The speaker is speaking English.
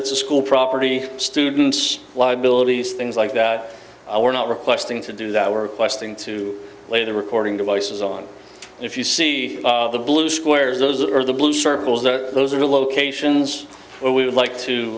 it's a school property students liabilities things like that we're not requesting to do that we're questing to lay the recording devices on and if you see the blue squares those are the blue circles that those are the locations where we would like to